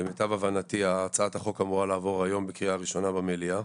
למיטב הבנתי הצעת החוק אמורה לעבור היום בקריאה ראשונה במליאה.